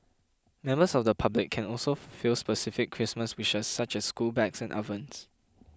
members of the public can also fulfil specific Christmas wishes such as school bags and ovens